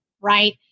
right